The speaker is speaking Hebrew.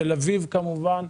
תל אביב כמובן,